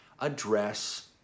address